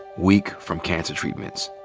weak from cancer treatments.